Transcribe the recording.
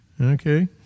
Okay